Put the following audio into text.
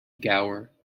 gower